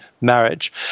marriage